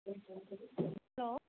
hello